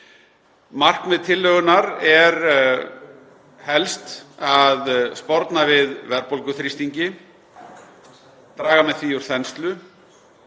Markmið tillögunnar er helst að sporna við verðbólguþrýstingi og draga með því úr þenslu.